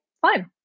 fine